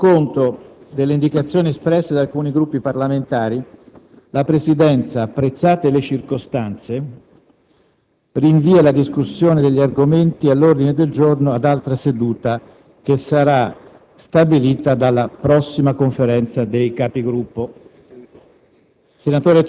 Colleghi, tenendo conto delle indicazioni espresse da alcuni Gruppi parlamentari, la Presidenza, apprezzate le circostanze, rinvia la discussione degli argomenti all’ordine del giorno ad altra seduta, che sara` stabilita dalla prossima Conferenza dei Capigruppo.